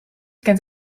kent